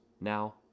Now